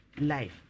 life